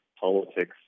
politics